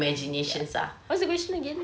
what's the question again